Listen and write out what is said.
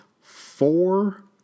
four